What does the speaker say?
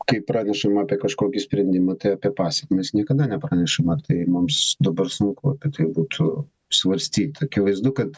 kai pranešama apie kažkokį sprendimą tai apie pasekmes niekada nepranešama tai mums dabar sunku tai būtų svarstyt akivaizdu kad